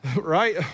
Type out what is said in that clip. right